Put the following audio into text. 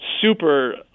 super